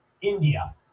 India